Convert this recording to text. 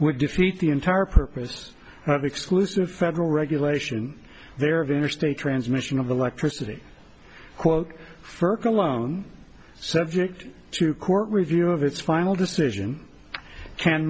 would defeat the entire purpose of exclusive federal regulation there of interstate transmission of electricity quote ferk alone subject to court review of its final decision can